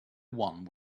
one